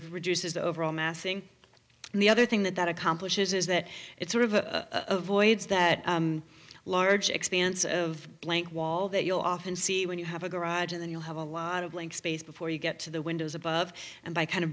of reduces the overall massing and the other thing that that accomplishes is that it's sort of a voids that large expanse of blank wall that you'll often see when you have a garage and then you'll have a lot of link space before you get to the windows above and by kind